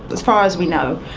as far as we know.